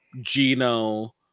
Gino